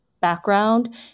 background